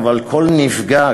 אבל כל נפגע,